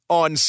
on